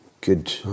good